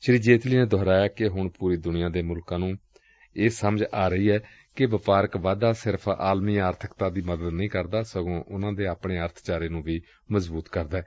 ਸ੍ਰੀ ਜੇਤਲੀ ਨੇ ਦਹਰਾਇਆ ਕਿ ਹੁਣ ਪੁਰੀ ਦੁਨੀਆਂ ਦੇ ਮੁਲਕਾਂ ਨੂੰ ਹੁਣ ਇਹ ਸਮਝ ਆ ਰਹੀ ਏ ਕਿ ਵਪਾਰਕ ਵਾਧਾ ਸਿਰਫ਼ ਆਲਮੀ ਆਰਥਿਕਤਾ ਦੀ ਮਦਦ ਹੀ ਨਹੀ ਕਰਦਾ ਸਗੋ ਂ ਉਨਾਂ ਦੇ ਆਪਣੇ ਅਰਥਚਾਰੇ ਨੂੰ ਵੀ ਵਿਕਸਤ ਕਰਦੈ